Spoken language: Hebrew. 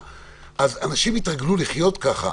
אנשים יתרגלו לחיות כך.